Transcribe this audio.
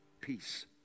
Peace